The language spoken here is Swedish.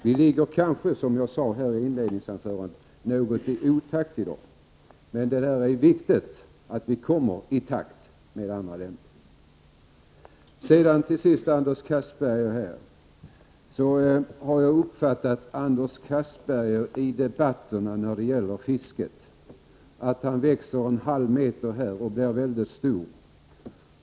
Vi ligger kanske något i otakt i dag, men det är viktigt att vi kommer i takt med andra länder. Jag har uppfattat att Anders Castberger i debatter om fisket växer en halv meter och blir väldigt stor.